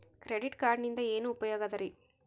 Credit ಕಾರ್ಡಿನಿಂದ ಏನು ಉಪಯೋಗದರಿ?